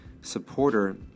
supporter